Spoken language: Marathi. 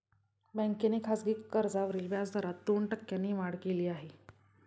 बँकेने खासगी कर्जावरील व्याजदरात दोन टक्क्यांनी वाढ केली आहे